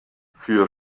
für